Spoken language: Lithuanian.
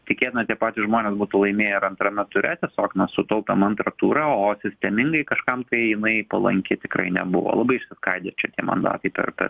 tikėtina tie patys žmonės būtų laimėję ir antrame ture tiesiog mes sutaupėm antrą turą o sistemingai kažkam tai jinai palanki tikrai nebuvo labai išsiskaidė čia tie mnadatai per per